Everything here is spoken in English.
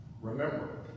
remember